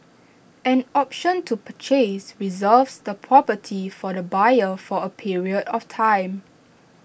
an option to purchase reserves the property for the buyer for A period of time